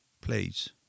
please